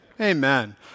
amen